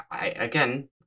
again